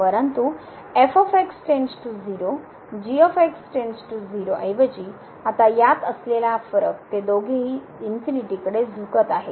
परंतु fx → 0 gx → 0 ऐवजी आता यात असलेला फरक ते दोघेही कडे झुकत आहेत